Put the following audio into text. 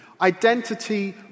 identity